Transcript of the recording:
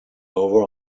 over